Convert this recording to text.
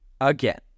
Again